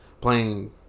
playing